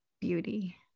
beauty